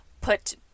put